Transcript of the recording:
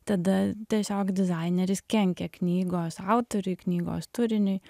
tada tiesiog dizaineris kenkia knygos autoriui knygos turiniui